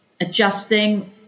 adjusting